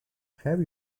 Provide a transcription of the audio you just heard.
have